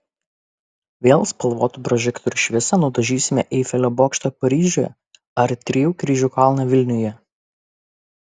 vėl spalvotų prožektorių šviesa nudažysime eifelio bokštą paryžiuje ar trijų kryžių kalną vilniuje